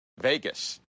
Vegas